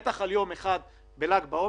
בטח על יום אחד של ל"ג בעומר.